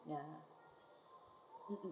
ya um um